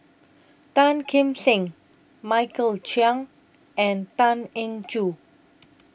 Tan Kim Seng Michael Chiang and Tan Eng Joo